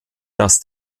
das